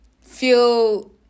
feel